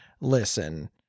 listen